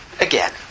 again